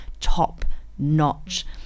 top-notch